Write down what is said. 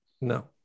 no